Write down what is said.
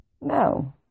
No